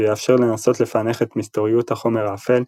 שיאפשר לנסות לפענח את מסתוריות החומר האפל,